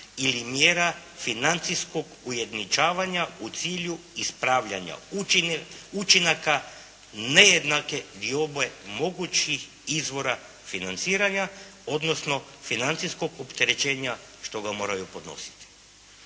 ili mjera financijskog ujednačavanja u cilju ispravljanja učinaka nejednake diobe mogućih izvora financiranja, odnosno financijskog opterećenja što ga moraju podnositi.